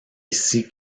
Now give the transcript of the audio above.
ici